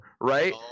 right